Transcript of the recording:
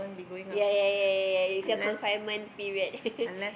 ya ya ya ya ya is a confinement period